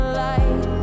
light